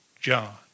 John